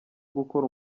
gukora